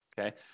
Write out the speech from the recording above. okay